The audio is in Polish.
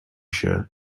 się